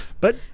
But-